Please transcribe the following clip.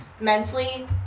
mentally